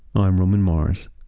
i'm roman mars